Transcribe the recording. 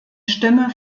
stimme